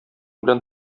белән